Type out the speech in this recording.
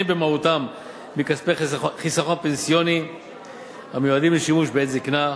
במהותם מכספי חיסכון פנסיוני המיועדים לשימוש בעת זיקנה,